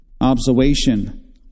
observation